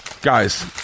Guys